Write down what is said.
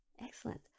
Excellent